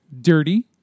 dirty